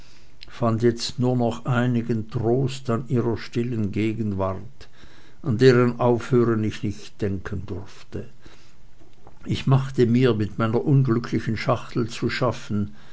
fand jetzt nur noch einigen trost an ihrer stillen gegenwart an deren aufhören ich nicht denken durfte ich machte mir mit meiner unglücklichen schachtel zu schaffen